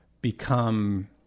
become